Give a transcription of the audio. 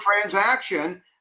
transaction